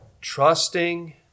trusting